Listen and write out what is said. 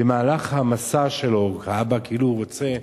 במהלך המסע שלו האבא כאילו רוצה,